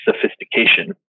sophistication